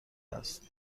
است